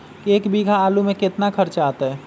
एक बीघा आलू में केतना खर्चा अतै?